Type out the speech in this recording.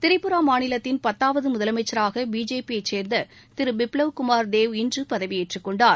திரிபுரா மாநிலத்தின் பத்தாவது முதலமைச்சராக பிஜேபியைச் சேர்ந்த திரு பிப்ளவ் குமார் தேவ் இன்று பதவியேற்றுக்கொண்டார்